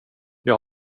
jag